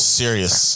serious